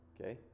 Okay